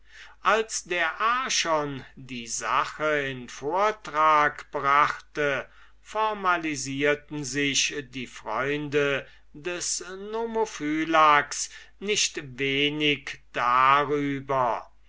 als der archon die sache in vortrag brachte formalisierten sich die freunde des nomophylax nicht wenig darüber